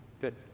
Good